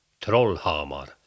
Trollhamar